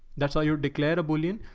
that's all you're declared a bullion.